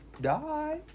die